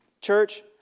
church